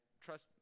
trust